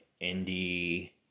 Indy